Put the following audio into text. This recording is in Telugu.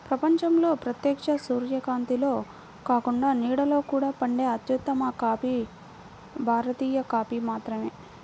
ప్రపంచంలో ప్రత్యక్ష సూర్యకాంతిలో కాకుండా నీడలో కూడా పండే అత్యుత్తమ కాఫీ భారతీయ కాఫీ మాత్రమే